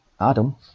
Adam